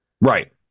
Right